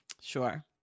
Sure